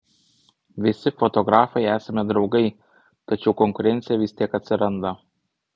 visi fotografai esame draugai tačiau konkurencija vis tiek atsiranda